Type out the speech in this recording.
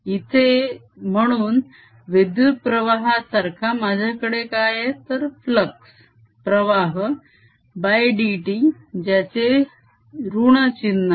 इथे म्हणून विद्युत प्रवाहासारखा माझ्याकडे काय आहे तर प्रवाह dt ज्याचे ऋण चिन्ह आहे